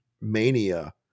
mania